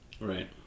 Right